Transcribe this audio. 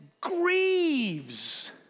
grieves